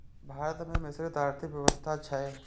भारत मे मिश्रित आर्थिक व्यवस्था छै